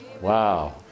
Wow